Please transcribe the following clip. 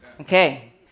Okay